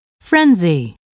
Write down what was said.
frenzy